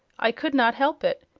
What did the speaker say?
i could not help it.